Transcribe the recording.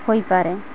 ହୋଇପାରେ